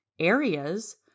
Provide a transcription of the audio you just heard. Areas